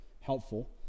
helpful